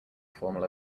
formal